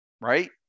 right